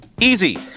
Easy